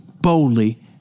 boldly